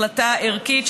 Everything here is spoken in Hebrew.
החלטה ערכית,